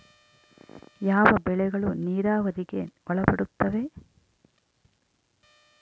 ಯಾವ ಬೆಳೆಗಳು ನೇರಾವರಿಗೆ ಒಳಪಡುತ್ತವೆ?